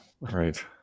Right